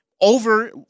over